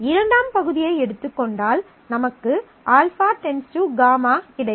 இரண்டாம் பகுதியை எடுத்துக் கொண்டால் நமக்கு α → γ கிடைக்கும்